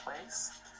place